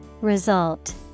Result